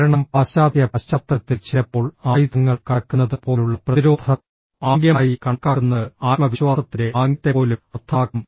കാരണം പാശ്ചാത്യ പശ്ചാത്തലത്തിൽ ചിലപ്പോൾ ആയുധങ്ങൾ കടക്കുന്നത് പോലുള്ള പ്രതിരോധ ആംഗ്യമായി കണക്കാക്കുന്നത് ആത്മവിശ്വാസത്തിന്റെ ആംഗ്യത്തെപ്പോലും അർത്ഥമാക്കും